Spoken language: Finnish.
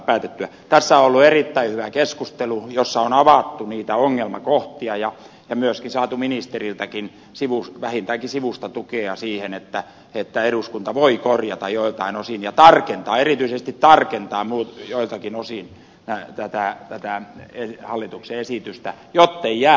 tässä on ollut erittäin hyvä keskustelu jossa on avattu niitä ongelmakohtia ja myöskin saatu ministeriltäkin vähintäänkin sivustatukea siihen että eduskunta voi korjata joiltakin osin ja tarkentaa erityisesti tarkentaa joiltakin osin tätä hallituksen esitystä jottei jää tulkintavaraa